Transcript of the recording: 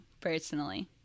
personally